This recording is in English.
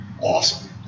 Awesome